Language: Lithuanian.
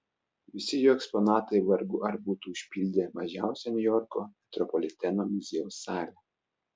visi jo eksponatai vargu ar būtų užpildę mažiausią niujorko metropoliteno muziejaus salę